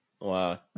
Wow